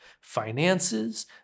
finances